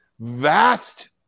vast